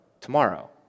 tomorrow